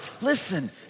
Listen